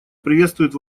приветствует